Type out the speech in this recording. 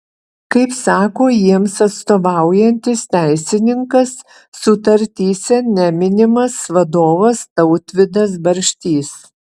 kaip sako jiems atstovaujantis teisininkas sutartyse neminimas vadovas tautvydas barštys